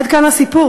עד כאן הסיפור,